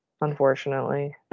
unfortunately